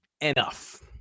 Enough